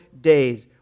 days